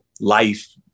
life